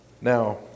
Now